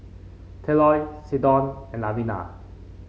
Tylor Seldon and